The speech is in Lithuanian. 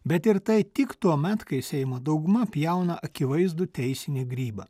bet ir tai tik tuomet kai seimo dauguma pjauna akivaizdų teisinį grybą